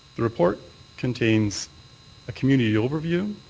the report contains a community overview.